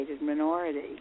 minority